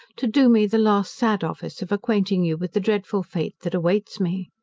to do me the last sad office of acquainting you with the dreadful fate that awaits me.